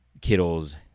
Kittle's